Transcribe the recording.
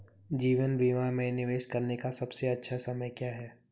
जीवन बीमा में निवेश करने का सबसे अच्छा समय क्या है?